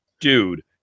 Dude